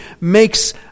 makes